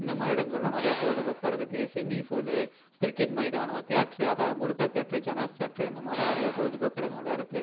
இந்த மாதிரி இடங்களெலாம் நிறையா பொழுதுபோக்காக இருக்குது ஸ்விம்மிங் ஃபூலு கிரிக்கெட் மைதானம் தியேட்ரு அது முருகா தியேட்டரு ஜனாஸ் தியேட்டரு இந்த மாதிரி நிறையா பொழுதுபோக்கு இடங்களாம் இருக்குது